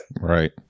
Right